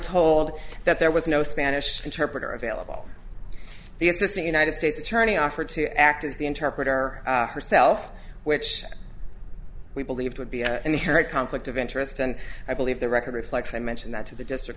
told that there was no spanish interpreter available the assistant united states attorney offered to act as the interpreter herself which we believed would be an inherent conflict of interest and i believe the record reflects i mentioned that to the district